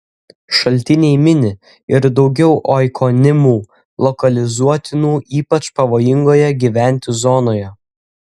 šaltiniai mini ir daugiau oikonimų lokalizuotinų ypač pavojingoje gyventi zonoje